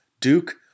Duke